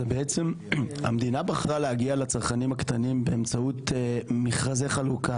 בעצם המדינה בחרה להגיע לצרכנים הקטנים באמצעות מכרזי חלוקה.